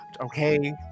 Okay